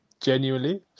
genuinely